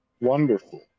Wonderful